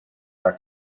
our